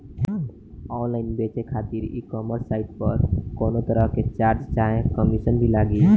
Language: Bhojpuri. ऑनलाइन बेचे खातिर ई कॉमर्स साइट पर कौनोतरह के चार्ज चाहे कमीशन भी लागी?